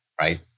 right